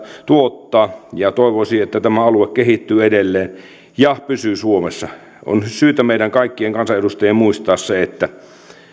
tuottaa ja toivoisin että tämä alue kehittyy edelleen ja pysyy suomessa on syytä meidän kaikkien kansanedustajien muistaa että